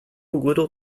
little